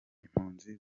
impunzi